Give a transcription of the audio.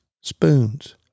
spoons